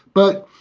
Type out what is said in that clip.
but,